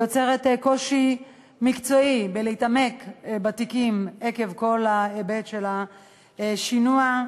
שיוצרת קושי מקצועי להתעמק בתיקים עקב כל ההיבט של השינוע.